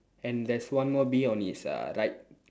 and there's one more bee on his uh right